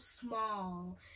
small